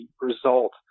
result